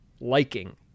liking